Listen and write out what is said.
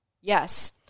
Yes